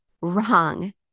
Wrong